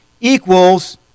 equals